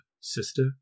sister